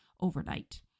overnight